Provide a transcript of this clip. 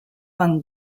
van